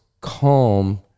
calm